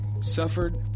suffered